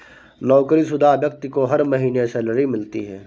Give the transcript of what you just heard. नौकरीशुदा व्यक्ति को हर महीने सैलरी मिलती है